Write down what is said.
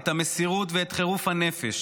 את המסירות ואת חירוף הנפש.